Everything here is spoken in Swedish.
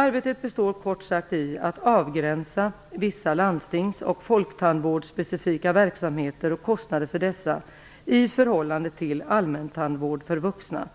Arbetet består kort sagt i att avgränsa vissa landstings och folktandvårdsspecifika verksamheter och kostnaderna för dessa i förhållande till allmäntandvård för vuxna.